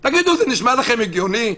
תגידו, זה נשמע לכם הגיוני?